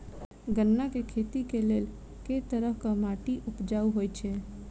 गन्ना केँ खेती केँ लेल केँ तरहक माटि उपजाउ होइ छै?